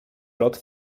lot